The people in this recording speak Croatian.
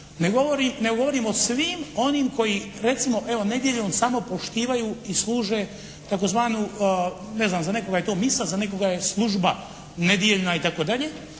nego govorim o svima onima koji recimo evo nedjeljom samo poštivaju i služe tzv. ne znam za nekoga je to misa, za nekoga je služba nedjeljna itd. Dakle,